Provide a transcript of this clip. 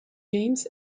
james